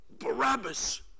Barabbas